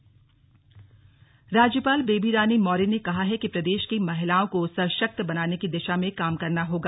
राज्यपाल राज्यपाल बेबी रानी मौर्य ने कहा है कि प्रदेश की महिलाओं को सशक्त बनाने की दिशा में काम करना होगा